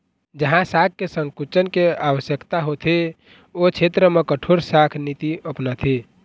जहाँ शाख के संकुचन के आवश्यकता होथे ओ छेत्र म कठोर शाख नीति अपनाथे